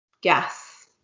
gas